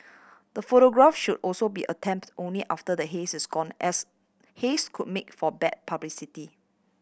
the photograph should also be attempted only after the haze is gone as haze could make for bad publicity